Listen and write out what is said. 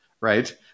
right